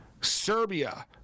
Serbia